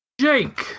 Jake